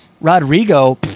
Rodrigo